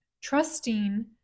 trusting